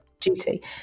duty